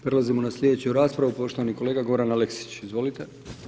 Prelazimo na slijedeću raspravu, poštovani kolega Goran Aleksić, izvolite.